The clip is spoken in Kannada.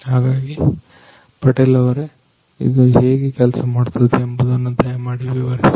ಹಾಗಾಗಿ ಪಟೇಲ್ ಅವರೇ ಇದು ಹೇಗೆ ಕೆಲಸ ಮಾಡುತ್ತದೆ ಎಂಬುದನ್ನು ದಯಮಾಡಿ ವಿವರಿಸಿ